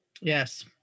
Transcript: Yes